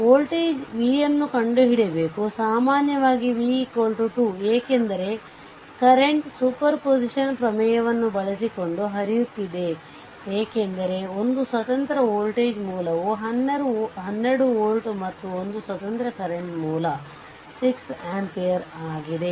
voltage v ನ್ನು ಕಂಡುಹಿಡಿಯಬೇಕು ಸಾಮಾನ್ಯವಾಗಿ v 2 ಏಕೆಂದರೆ ಕರೆಂಟ್ ಸೂಪರ್ಪೋಸಿಷನ್ ಪ್ರಮೇಯವನ್ನು ಬಳಸಿಕೊಂಡು ಹರಿಯುತ್ತಿದೆ ಏಕೆಂದರೆ ಒಂದು ಸ್ವತಂತ್ರ ವೋಲ್ಟೇಜ್ ಮೂಲವು 12 ವೋಲ್ಟ್ ಮತ್ತು ಒಂದು ಸ್ವತಂತ್ರ ಕರೆಂಟ್ ಮೂಲ 6 ಆಂಪಿಯರ್ ಆಗಿದೆ